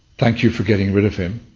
thank you for getting rid of him,